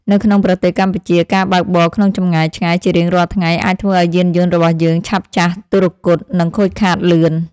នៅក្នុងប្រទេសកម្ពុជា ការបើកបរក្នុងចម្ងាយឆ្ងាយជារៀងរាល់ថ្ងៃអាចធ្វើឱ្យយានយន្តរបស់យើងឆាប់ចាស់ទុរគត និងខូចខាតលឿន។